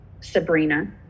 Sabrina